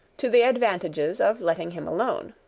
to the advantages of letting him alone.